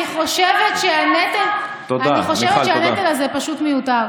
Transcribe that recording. אני חושבת שהנטל הזה פשוט מיותר.